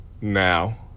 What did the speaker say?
now